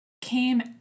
came